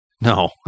No